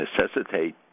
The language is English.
necessitate